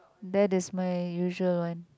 that is my usual one